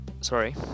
sorry